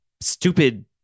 stupid